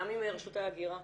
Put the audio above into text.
גם עם רשות ההגירה,